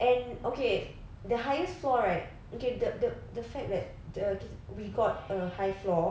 and okay the highest floor right okay the the the fact that the we got a high floor